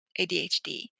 ADHD